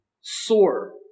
Soar